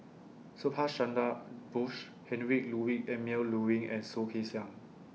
Subhas Chandra Bose Heinrich Ludwig Emil Luering and Soh Kay Siang